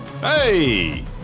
Hey